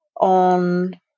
on